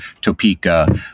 Topeka